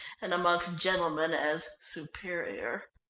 and amongst gentlemen as superior.